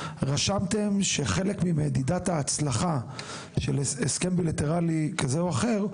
רשמתם שחלק ממדידת ההצלחה של הסכם בליטרלי כזה או אחר,